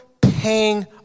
paying